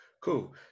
Cool